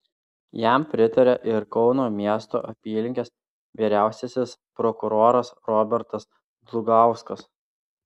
jam pritarė ir kauno miesto apylinkės vyriausiasis prokuroras robertas dlugauskas